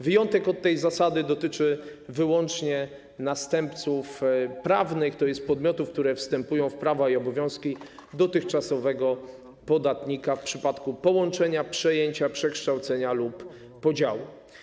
Wyjątek od tej zasady dotyczy wyłącznie następców prawnych, tj. podmiotów, które wstępują w prawa i obowiązki dotychczasowego podatnika w przypadku połączenia, przejęcia, przekształcenia lub podziału.